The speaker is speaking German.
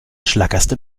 schlackerste